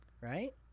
right